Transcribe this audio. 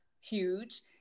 huge